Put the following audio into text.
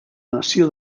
nació